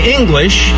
English